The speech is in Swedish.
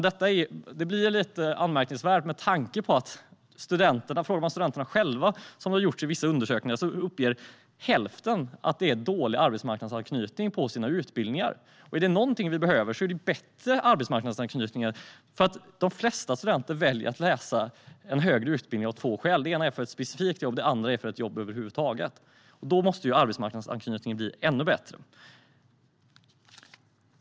Det är lite anmärkningsvärt med tanke på att om man frågar studenterna själva, som man har gjort i vissa undersökningar, uppger hälften att det är dålig arbetsmarknadsanknytning på deras utbildningar. Är det någonting vi behöver är det bättre arbetsmarknadsanknytningar. De flesta studenter väljer att läsa en högre utbildning av två skäl. Det ena är att för att få ett specifikt jobb, det andra är för att få ett jobb över huvud taget. Då måste arbetsmarknadsanknytningen bli ännu bättre.